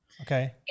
Okay